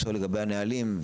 ביקשתי לשאול לבי הנהלים,